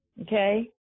okay